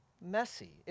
messy